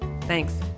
Thanks